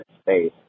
space